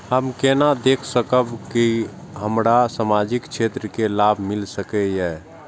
हम केना देख सकब के हमरा सामाजिक क्षेत्र के लाभ मिल सकैये?